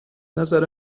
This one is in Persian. نظر